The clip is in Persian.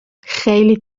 خیلی